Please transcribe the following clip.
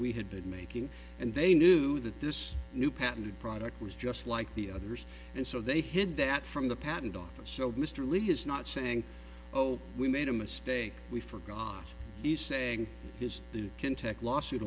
we had been making and they knew that this new patented product was just like the others and so they hid that from the patent office so mr lee is not saying oh we made a mistake we forgot the saying is the can tech lawsuit